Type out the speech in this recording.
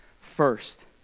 first